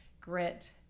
grit